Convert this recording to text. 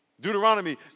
Deuteronomy